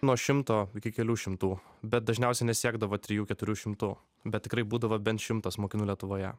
nuo šimto iki kelių šimtų bet dažniausiai nesiekdavo trijų keturių šimtų bet tikrai būdavo bent šimtas mokinių lietuvoje